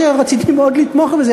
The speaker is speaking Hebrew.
אף שרציתי מאוד לתמוך בזה,